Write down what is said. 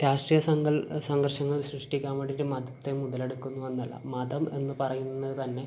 രാഷ്ട്രീയ സങ്കൽ സംഘർഷങ്ങൾ സൃഷ്ടിക്കാൻ വേണ്ടീട്ട് മതത്തെ മുതലെടുക്കുന്നു എന്നല്ല മതം എന്ന് പറയുന്നത് തന്നെ